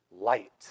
light